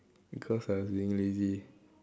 because I was being lazy